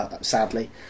sadly